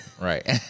right